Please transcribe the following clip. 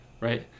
right